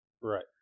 right